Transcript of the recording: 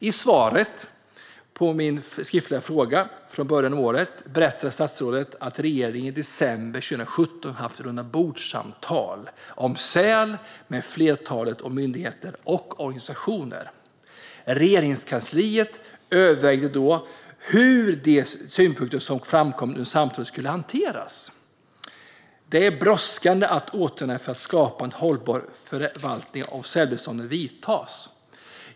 I svaret på min skriftliga fråga i början av året berättade statsrådet att regeringen i december 2017 haft rundabordssamtal om säl med ett flertal myndigheter och organisationer. I Regeringskansliet övervägde man då hur de synpunkter som framkom under samtalet skulle hanteras. Det är brådskande att åtgärder för att skapa en hållbar förvaltning av sälbeståndet vidtas.